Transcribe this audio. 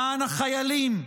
למען החיילים,